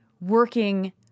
working